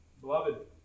Beloved